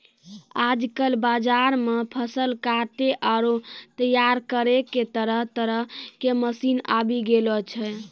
आजकल बाजार मॅ फसल काटै आरो तैयार करै के तरह तरह के मशीन आबी गेलो छै